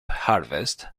harvest